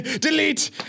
Delete